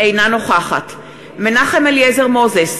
אינה נוכחת מנחם אליעזר מוזס,